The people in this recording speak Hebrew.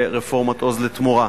לרפורמת "עוז לתמורה".